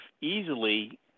easily